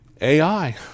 AI